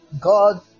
god